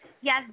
Yes